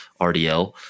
RDL